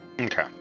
Okay